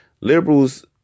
Liberals